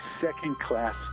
second-class